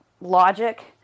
logic